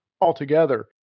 altogether